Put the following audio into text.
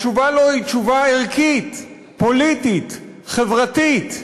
התשובה לו היא תשובה ערכית, פוליטית, חברתית.